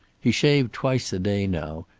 he shaved twice a day now,